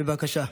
בבקשה.